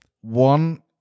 one